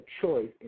choice